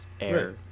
air